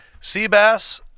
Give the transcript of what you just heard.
Seabass